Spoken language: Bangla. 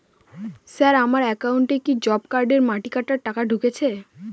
স্যার আমার একাউন্টে কি জব কার্ডের মাটি কাটার টাকা ঢুকেছে?